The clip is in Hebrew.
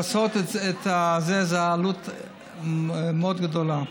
לעשות את זה זו עלות מאוד גדולה,